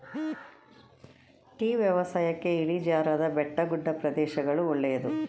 tea ವ್ಯವಸಾಯಕ್ಕೆ ಇಳಿಜಾರಾದ ಬೆಟ್ಟಗುಡ್ಡ ಪ್ರದೇಶಗಳು ಒಳ್ಳೆದು